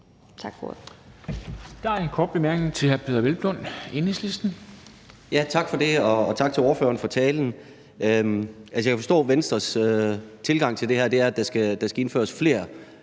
Tak for ordet.